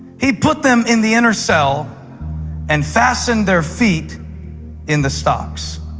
he put them in the inner cell and fastened their feet in the stocks.